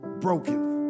broken